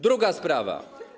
Druga sprawa.